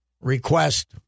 request